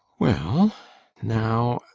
well now,